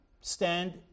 stand